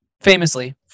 famously